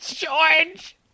George